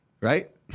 right